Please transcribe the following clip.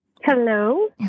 Hello